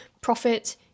profit